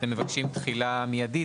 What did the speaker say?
הם מבקשים תחילת מידית,